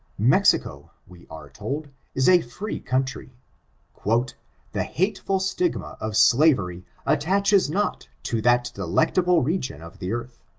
mexico, we are told, is a free country the hateful stigma of slavery attaches not to that delectable re gion of the earth.